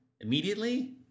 immediately